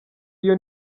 iyo